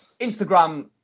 instagram